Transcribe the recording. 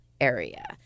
area